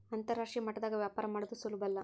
ಅಂತರಾಷ್ಟ್ರೀಯ ಮಟ್ಟದಾಗ ವ್ಯಾಪಾರ ಮಾಡದು ಸುಲುಬಲ್ಲ